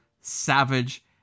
savage